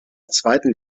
zweiten